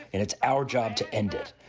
and it's our job to end it.